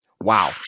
Wow